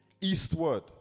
eastward